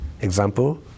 example